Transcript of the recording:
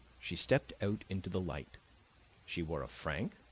she stepped out into the light she wore a frank,